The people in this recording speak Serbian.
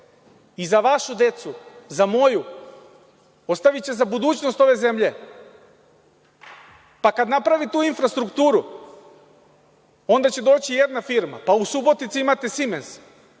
i za vašu decu, za moju, ostaviće za budućnost ove zemlje. Kad napravi tu infrastrukturu, onda će doći jedna firma. U Subotici imate Simens,